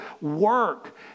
work